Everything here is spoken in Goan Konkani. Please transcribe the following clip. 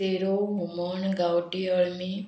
तेरो हुमण गांवठी अळमी